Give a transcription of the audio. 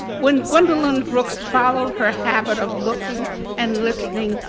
when gwendolyn brooks followed her habit of looking and listening,